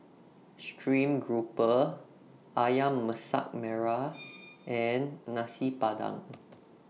Stream Grouper Ayam Masak Merah and Nasi Padang